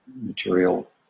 material